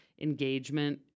engagement